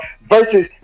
versus